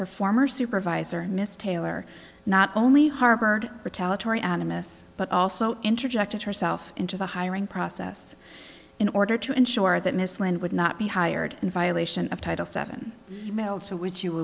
her former supervisor miss taylor not only harbored retaliatory animus but also interjected herself into the hiring process in order to ensure that ms land would not be hired in violation of title seven meltzer which you